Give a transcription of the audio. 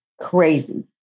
crazy